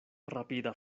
rapida